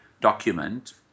document